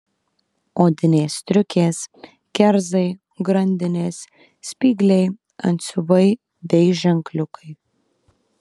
odinės striukės kerzai grandinės spygliai antsiuvai bei ženkliukai